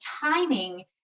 timing